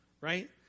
right